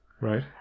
Right